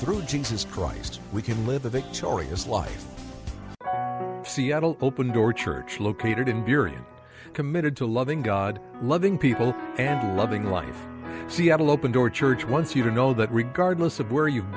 through jesus christ we can live a victorious life seattle open door church located in period committed to loving god loving people and loving one seattle open door church once you don't know but regardless of where you've